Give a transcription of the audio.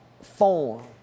form